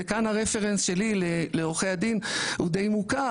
וכאן הרפרנס שלי לעורכי הדין הוא די מוכר,